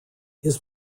his